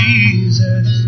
Jesus